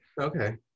Okay